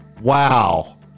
wow